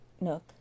nook